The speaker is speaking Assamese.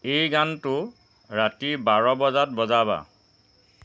এই গানটো ৰাতি বাৰ বজাত বজাবা